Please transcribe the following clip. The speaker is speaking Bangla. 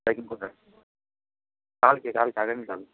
প্যাকিং কোথায় কালকে কালকে আগামীকাল